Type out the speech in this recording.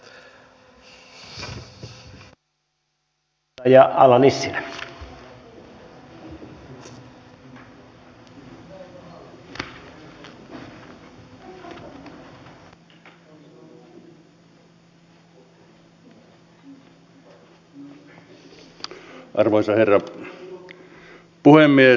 arvoisa herra puhemies